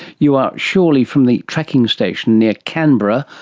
you are surely from the tracking station near canberra,